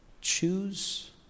choose